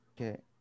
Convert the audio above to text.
Okay